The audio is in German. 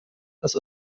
das